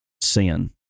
sin